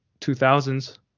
2000s